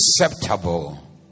acceptable